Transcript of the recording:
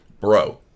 bro